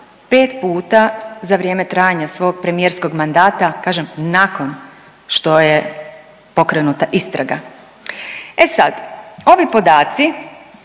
pet puta za vrijeme trajanja svog premijerskog mandata, kažem nakon što je pokrenuta istraga. E sad ovi podaci,